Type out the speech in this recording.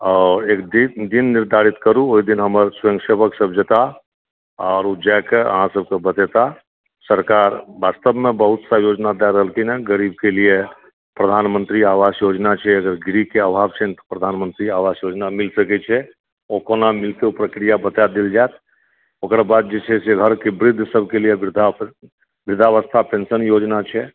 आओर एक दिन निर्धारित करु ओहि दिन हमर स्वयं सेवक सभ जेताह आओर ओ जाके अहाँ सभकेँ बतेता सरकार वास्तवमे बहुत योजना दय रहलखिन हँ गरीबके लिए प्रधानमन्त्री आवास योजना छै अगर गृहके आभाव छनि तऽ प्रधानमन्त्री आवास योजना मिल सकै छै ओ कोना मिलतै ओ प्रक्रिया बता देल जायत ओकर बाद जे छै से घरके वृद्धकेँ लिए वृद्धावस्था पेन्शन योजना छै